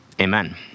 Amen